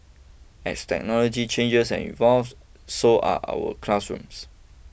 as technology changes and evolves so are our classrooms